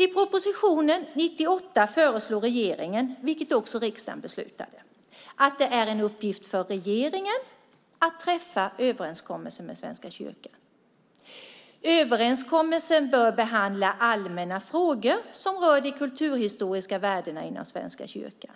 I propositionen 1998 föreslog regeringen, vilket också riksdagen beslutade, att det är en uppgift för regeringen att träffa överenskommelsen med Svenska kyrkan. Överenskommelsen bör behandla allmänna frågor som rör de kulturhistoriska värdena inom Svenska kyrkan.